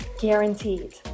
Guaranteed